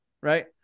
Right